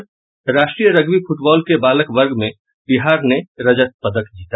और राष्ट्रीय rugby football के बालक वर्ग में बिहार ने रजत पदक जीता